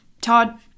Todd